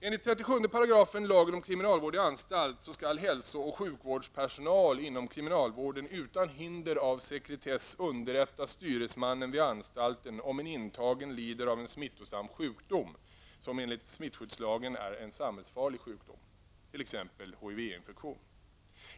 Enligt 37 § lagen om kriminalvård i anstalt skall hälso och sjukvårdspersonal inom kriminalvården, utan hinder av sekretess, underrätta styresmannen vid anstalten om en intagen lider av en smittosam sjukdom, som enligt smittskyddslagen är en samhällsfarlig sjukdom, t.ex. HIV-infektion.